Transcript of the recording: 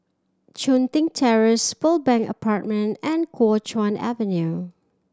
Chun Tin Terrace Pearl Bank Apartment and Kuo Chuan Avenue